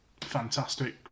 fantastic